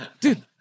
dude